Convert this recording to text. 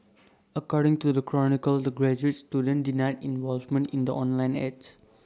according to the chronicle the graduate student denied involvement in the online ads